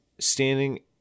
Standing